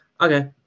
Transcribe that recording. Okay